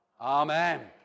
Amen